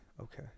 okay